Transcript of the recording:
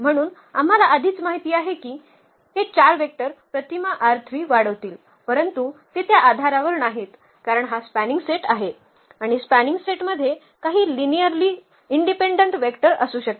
म्हणून आम्हाला आधीच माहित आहे की हे 4 वेक्टर प्रतिमा वाढवतील परंतु ते त्या आधारावर नाहीत कारण हा स्पॅनिंग सेट आहे आणि स्पॅनिंग सेटमध्ये काही लिनियर्ली इनडिपेंडंट वेक्टर असू शकते